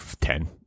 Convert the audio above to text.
ten